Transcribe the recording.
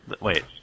Wait